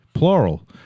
Plural